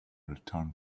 return